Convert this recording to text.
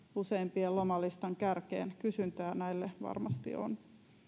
useimpien lomalistan kärkeen kysyntää näille varmasti on